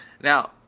Now